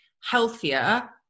healthier